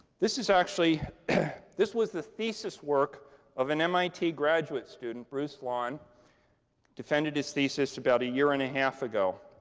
this is actually this was the thesis work of an mit graduate student, bruce lahn defended his thesis about a year and a half ago.